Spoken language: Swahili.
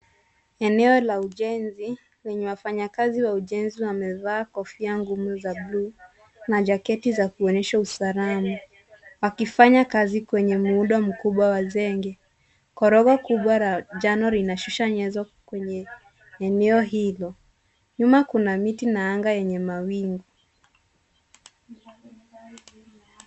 Eneo la ujenzi lenye wafanyakazi wa ujenzi wamevaa kofia ngumu za bluu na jaketi za kuonyesha usalama wakifanya kazi kwenye muundo mkubwa wa zege. Korogo kubwa la njano linashusha nyenzo kwenye eneo hilo. Nyuma kuna miti na anga yenye mawingu.